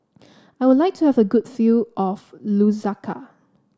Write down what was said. I would like to have a good view of Lusaka